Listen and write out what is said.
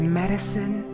medicine